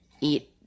eat